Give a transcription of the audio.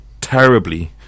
terribly